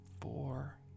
four